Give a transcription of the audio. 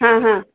हां हां